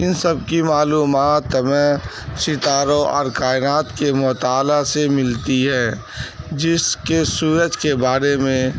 ان سب کی معلومات ہمیں ستاروں اور کائنات کے مطالعہ سے ملتی ہے جس کے سورج کے بارے میں